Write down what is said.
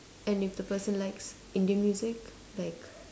and if the person likes Indian music like